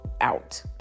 out